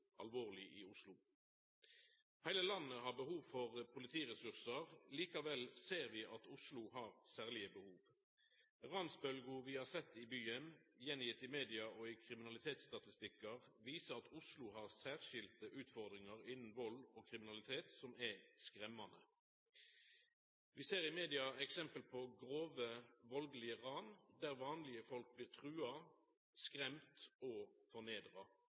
alvorleg i Oslo. Heile landet har behov for politiressursar. Likevel ser vi at Oslo har særlege behov. Ransbølgja vi har sett i byen, gitt att i media og i kriminalitetsstatistikkar, viser at Oslo har særskilde utfordringar innan vald og kriminalitet som er skremmande. Vi ser i media eksempel på grove valdelege ran, der vanlege folk blir truga, skremde og